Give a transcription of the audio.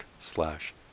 slash